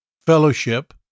fellowship